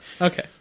Okay